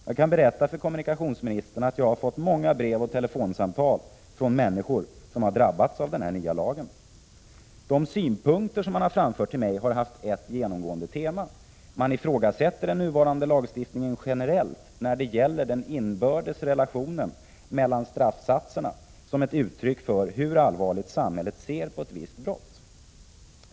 Jag kan berätta för kommunikationsministern att jag har fått många brev och telefonsamtal från människor som har drabbats av den nya lagen. De synpunkter som framförts till mig har haft ett genomgående tema. Man ifrågasätter den nuvarande lagstiftningen generellt när det gäller den inbördes relationen mellan straffsatserna som ett uttryck för hur allvarligt samhället ser på ett visst brott.